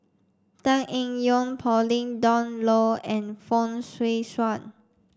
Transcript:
Tan Eng Yoon Pauline Dawn Loh and Fong Swee Suan